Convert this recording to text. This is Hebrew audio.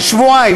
שבועיים.